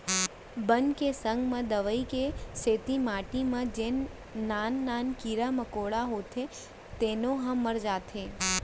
बन के संग म दवई के सेती माटी म जेन नान नान कीरा मकोड़ा होथे तेनो ह मर जाथें